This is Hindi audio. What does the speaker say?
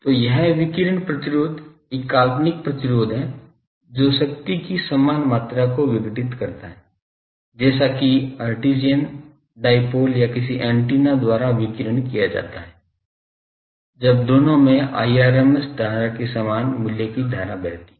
तो यह विकिरण प्रतिरोध एक काल्पनिक प्रतिरोध है जो शक्ति की समान मात्रा को विघटित करता है जैसा कि हर्ट्ज़ियन डायपोल या किसी एंटीना द्वारा विकीर्ण किया जाता है जब दोनों में Irms धारा के समान मूल्य की धारा बहती हैं